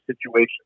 situation